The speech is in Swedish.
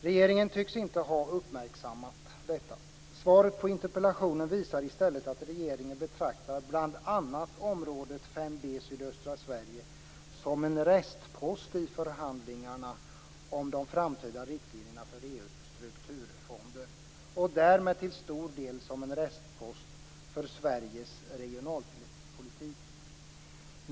Regeringen tycks inte ha uppmärksammat detta. Svaret på interpellationen visar i stället att regeringen betraktar bl.a. området 5 b i sydöstra Sverige som en restpost i förhandlingarna om de framtida riktlinjerna för EU:s strukturfonder och därmed till stor del som en restpost för Sveriges regionalpolitik.